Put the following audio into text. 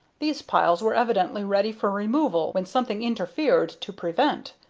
these piles were evidently ready for removal when something interfered to prevent.